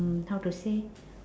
mm how to say